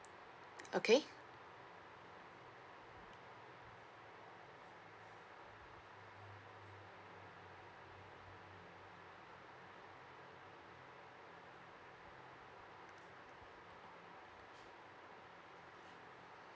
okay